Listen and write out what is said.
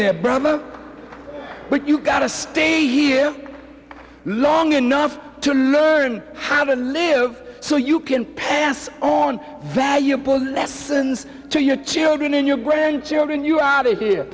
in there but you got to stay here long enough to learn how to live so you can pass on valuable lessons to your children in your grandchildren you out of here